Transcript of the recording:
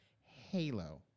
Halo